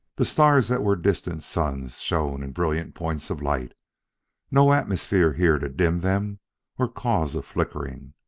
the stars that were distant suns shone in brilliant points of light no atmosphere here to dim them or cause a flickering.